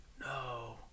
No